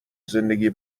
زندگی